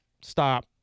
stop